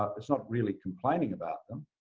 ah it's not really complaining about them.